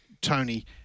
Tony